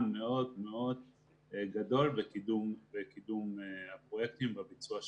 מאוד מאוד גדול בקידום הפרויקטים והביצוע שלהם.